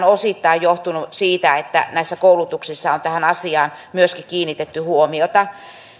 osittain johtunut siitä että näissä koulutuksissa on tähän asiaan myöskin kiinnitetty huomiota